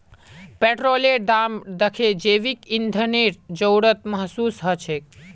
पेट्रोलेर दाम दखे जैविक ईंधनेर जरूरत महसूस ह छेक